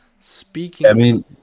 Speaking